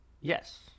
Yes